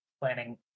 planning